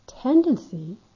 tendency